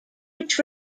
which